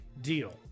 deal